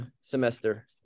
semester